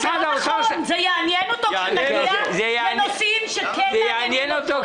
זה יעניין אותו כשנגיע לנושאים שכן מעניינים אותו,